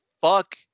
fuck